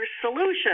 solution